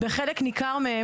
בחלק ניכר מהן,